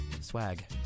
swag